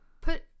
put